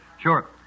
Sure